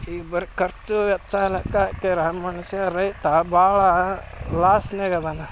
ಈಗ ಬರೇ ಖರ್ಚು ಎಲ್ಲ ಲೆಕ್ಕ ಹಾಕಿದ್ರ ಮನುಷ್ಯ ರೈತ ಭಾಳ ಲಾಸ್ನ್ಯಾಗ ಅದನ